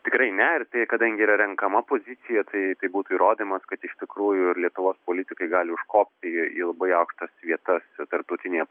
tikrai ne ir tai kadangi yra renkama pozicija tai tai būtų įrodymas kad iš tikrųjų lietuvos politikai gali užkopti į į labai aukštas vietas tarptautinėje